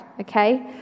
okay